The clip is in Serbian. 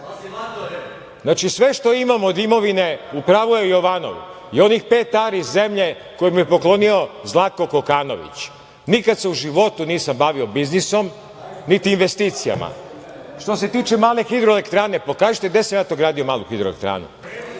Znači, sve što imam od imovine, u pravu je Jovanov i onih pet ari zemlje koju mi je poklonio Zlatko Kokanović, nikada se u životu nisam bavio biznisom, niti investicijama. Što se tiče male hidroelektrane, pokažite gde sam ja to gradio malu hidroelektranu?